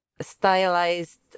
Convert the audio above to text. Stylized